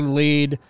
lead